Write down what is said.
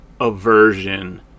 aversion